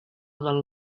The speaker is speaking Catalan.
del